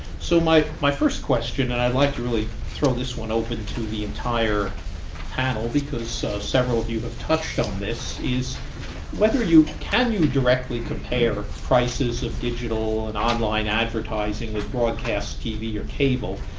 so my my first question, and i'd like to really throw this one open to the entire panel because several of you have touched on this, is whether you can you directly compare prices of digital and online advertising with broadcast tv or cable.